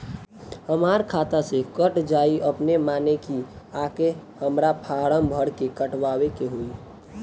हमरा खाता से कट जायी अपने माने की आके हमरा फारम भर के कटवाए के होई?